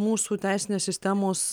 mūsų teisinės sistemos